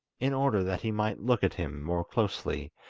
in order that he might look at him more closely,